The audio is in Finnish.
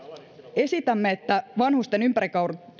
esitämme että vanhusten